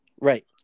Right